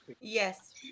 Yes